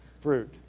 fruit